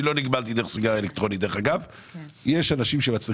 אני לא נגמלתי דרך סיגריה אלקטרונית אבל אני מכיר